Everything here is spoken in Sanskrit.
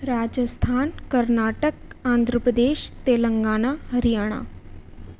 राजस्थानं कर्णाटकम् आन्ध्रप्रदेशः तिलङ्गाणा हर्याणा